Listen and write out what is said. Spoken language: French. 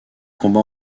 combat